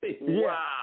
Wow